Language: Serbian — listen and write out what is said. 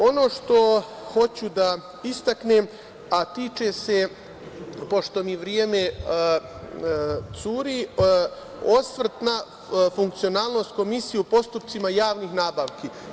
Ono što hoću da istaknem, a tiče se pošto mi vreme curi, osvrt na funkcionalnost Komisije u postupcima javnih nabavki.